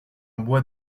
bois